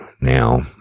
Now